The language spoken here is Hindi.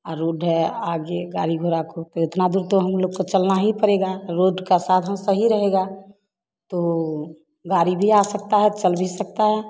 और रोड है आगे गाड़ी घोड़ा को तो इतना दूर तो हम लोग को चलना ही पड़ेगा रोड का साधन सही रहेगा तो गाड़ी भी आ सकता है चल भी सकता है